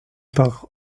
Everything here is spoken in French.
par